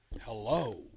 hello